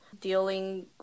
dealing